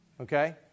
okay